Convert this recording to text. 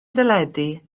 deledu